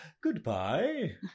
Goodbye